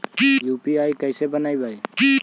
UPI कैसे बनइबै?